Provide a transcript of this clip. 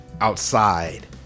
outside